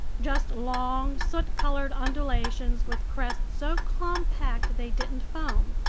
just long, soot-colored undulations with crests so compact they didn't foam.